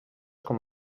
com